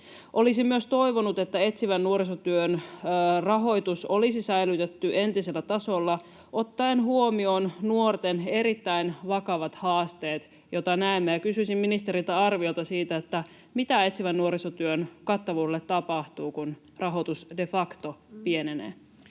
Olisin myös toivonut, että etsivän nuorisotyön rahoitus olisi säilytetty entisellä tasolla ottaen huomioon nuorten erittäin vakavat haasteet, joita näemme, ja kysyisin ministeriltä arviota siitä, mitä etsivän nuorisotyön kattavuudelle tapahtuu, kun rahoitus de facto pienenee.